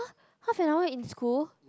half an hour in school